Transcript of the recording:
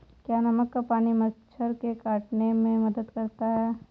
क्या नमक का पानी मच्छर के काटने में मदद करता है?